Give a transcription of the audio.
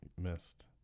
missed